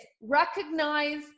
recognize